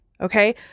Okay